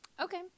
Okay